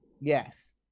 Yes